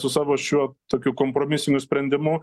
su savo šiuo tokiu kompromisiniu sprendimu